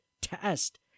test